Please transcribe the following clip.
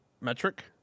metric